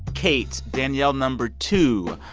kate, danielle number two,